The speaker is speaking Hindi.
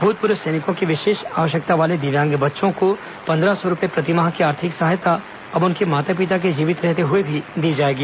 भूतपूर्व सैनिकों के विशेष आश्यकता वाले दिव्यांग बच्चों को पन्द्रह सौ रूपए प्रतिमाह की आर्थिक सहायता अब उनके माता पिता के जीवित रहते हुए भी दी जाएगी